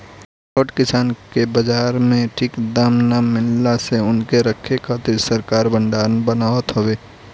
छोट किसान के बाजार में ठीक दाम ना मिलला से उनके रखे खातिर सरकार भडारण बनावत हवे